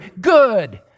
good